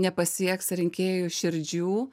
nepasieks rinkėjų širdžių